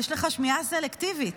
יש לך שמיעה סלקטיבית.